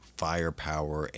firepower